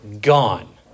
gone